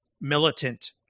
militant